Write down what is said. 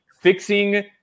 fixing